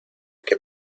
que